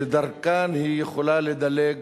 ודרכם היא יכולה לדלג